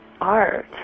art